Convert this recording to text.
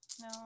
no